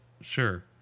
Sure